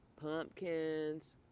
Pumpkins